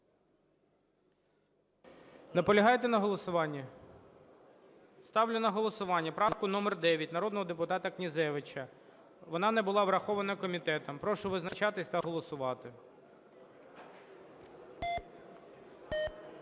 Наполягаєте на голосуванні? Ставлю на голосування правку номер 9 народного депутата Князевича. Вона не була врахована комітетом. Прошу визначатися та голосувати.